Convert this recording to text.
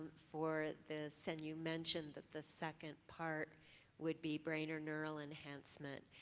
for this and you mentioned that the second part would be brain or neural enhancement.